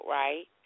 right